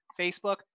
Facebook